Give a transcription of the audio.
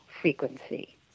frequency